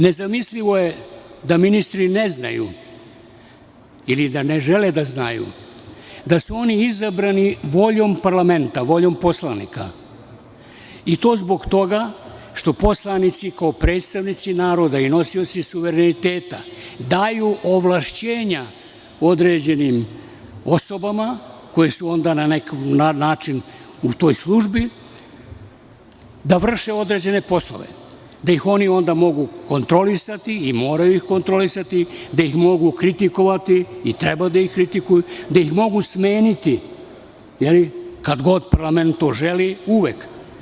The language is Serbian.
Nezamislivo je da ministri ne znaju ili da ne žele da znaju da su oni izabrani voljom parlamenta, voljom poslanika i to zbog toga što poslanici kao predstavnici naroda i nosioci suvereniteta daju ovlašćenja određenim osobama koje su u toj službi da vrše određene poslove, da ih oni onda mogu kontrolisati i moraju ih kontrolisati, da ih mogu kritikovati i treba da ih kritikuju, da ih mogu smeniti kad god parlament to želi, uvek.